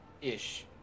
Ish